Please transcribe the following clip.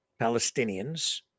Palestinians